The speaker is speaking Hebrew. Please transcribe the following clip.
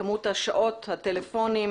כמות השעות, הטלפונים,